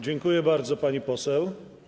Dziękuję bardzo, pani poseł.